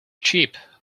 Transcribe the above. cheap